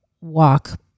walk